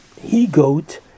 he-goat